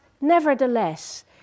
nevertheless